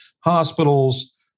hospitals